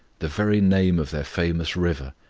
the very name of their famous river,